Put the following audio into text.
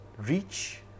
reach